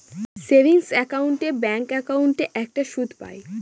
savings account এ bank একাউন্টে একটা সুদ পাই